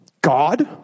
God